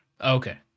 Okay